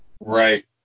Right